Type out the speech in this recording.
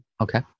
Okay